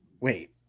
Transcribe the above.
wait